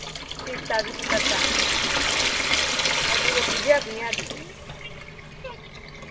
ꯄꯤꯁꯇ ꯑꯗꯨꯁꯨ ꯆꯠꯄ ꯑꯗꯨꯒ ꯕꯨꯖꯤꯌꯥ ꯕꯨꯅꯤꯌꯥꯗꯨꯗꯤ